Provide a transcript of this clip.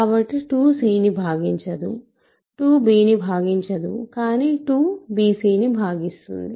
కాబట్టి 2 c ని భాగించదు 2 b ని భాగించదు కానీ 2 bc ని భాగిస్తుంది